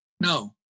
No